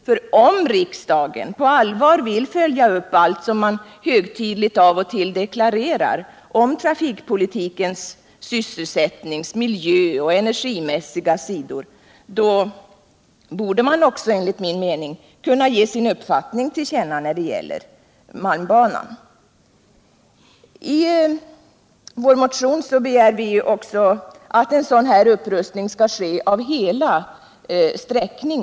För om riksdagen på allvar vill följa upp det som den högtidligen av och till deklarerar om trafikpolitikens sysselsättnings-, miljöoch energimässiga sidor, borde riksdagen enligt min mening också kunna ge sin uppfattning till känna när det gäller malmbanan. I vår motion begär vi också att en sådan här upprustning skall ske av hela sträckan.